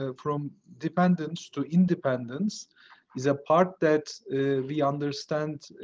ah from dependence to independence is a part that we understand,